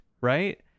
right